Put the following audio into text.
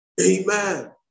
Amen